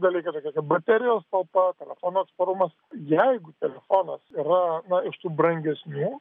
dalykai tokie kaip baterijos talpa telefono atsparumas jeigu telefonas yra na iš tų brangesnių